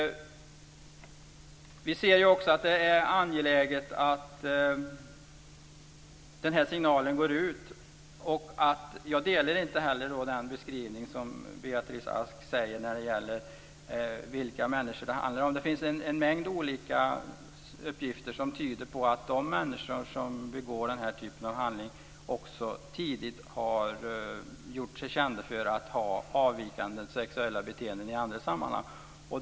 Vi ser det som angeläget att den här signalen går ut. Jag delar inte heller Beatrice Asks beskrivning av vilka människor det handlar om. Det finns en mängd olika uppgifter som tyder på att de människor som begår den här typen av handling också tidigt har gjort sig kända för avvikande sexuella beteenden i andra sammanhang.